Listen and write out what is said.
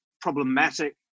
problematic